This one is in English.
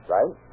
Right